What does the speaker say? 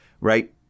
Right